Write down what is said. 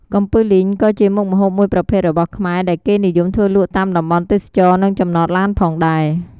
កំពឹសលីងក៏ជាមុខម្ហូបមួយប្រភេទរបស់ខ្មែរ ដែលគេនិយមធ្វើលក់តាមតំបន់ទេសចរណ៍និងចំណតឡានផងដែរ។